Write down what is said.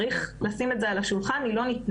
צריך לשים את זה על השולחן: היא לא ניתנה.